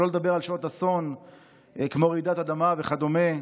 שלא לדבר על שעות אסון כמו רעידת אדמה וכדומה,